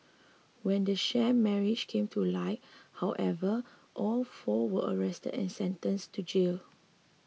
when the sham marriage came to light however all four were arrested and sentenced to jail